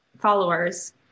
followers